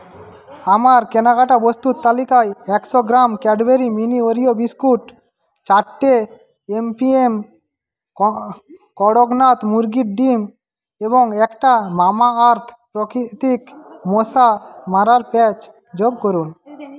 আমার কেনাকাটা বস্তুর তালিকায় একশো gram Cadbury mini Oreo biscuit চারটে M P M K Kadaknath মুরগির ডিম এবং একটা মামাআর্থ প্রাকৃতিক মশা মারার প্যাচ যোগ করুন